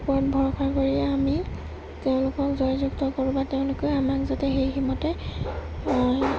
ওপৰত ভৰষা কৰিয়ে আমি তেওঁলোকক জয়যুক্ত কৰোঁ বা তেওঁলোকে আমাক যাতে সেইমতে